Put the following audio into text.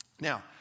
Now